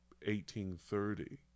1830